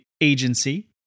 agency